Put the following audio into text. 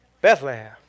Bethlehem